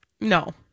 No